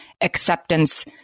acceptance